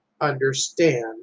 understand